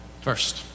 First